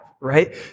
Right